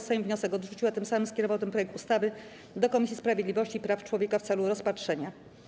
Sejm wniosek odrzucił, a tym samym skierował ten projekt ustawy do Komisji Sprawiedliwości i Praw Człowieka w celu rozpatrzenia.